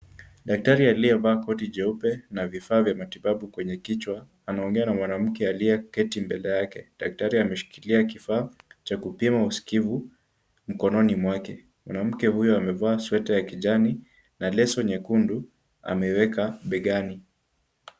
Daktari aliyevaa koti jeupe na vifaa vya matibabu kwenye kichwa, anaongea na mwanamke aliyeketi mbele yake. Daktari ameshikilia kifaa cha kupima uskivu mkononi mwake. Mwanamke huyu amevaa sweta ya kijani na leso nyekundu ameweka begani.